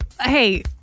hey